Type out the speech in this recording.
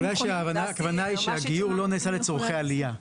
אולי הכוונה היא שהגיור לא נעשה לצורכי עלייה.